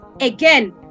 again